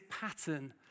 pattern